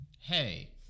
hey